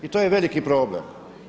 I to je veliki problem.